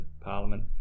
parliament